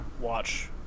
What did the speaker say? watch